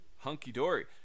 hunky-dory